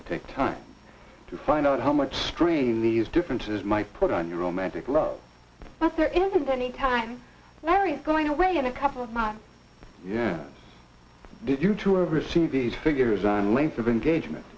to take time to find out how much strain these differences might put on your own magic rock that there isn't any time where it's going away in a couple of months yet did you two ever see the figures on length of engagement